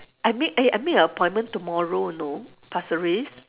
I make eh I make an appointment tomorrow you know pasir ris